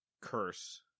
Curse